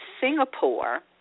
Singapore